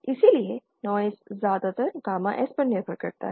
इसलिए नॉइज़ ज्यादातर gamma S पर निर्भर करता है